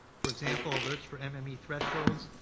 for example, alerts for mme thresholds,